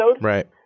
Right